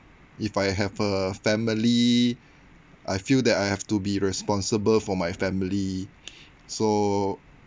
if I have a family I feel that I have to be responsible for my family so